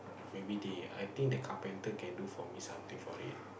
maybe they I think the carpenter can do for me something for it